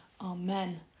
Amen